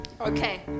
Okay